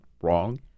wrong